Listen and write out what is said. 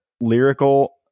lyrical